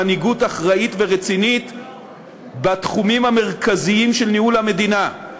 למנהיגות אחראית ורצינית בתחומים המרכזיים של ניהול המדינה,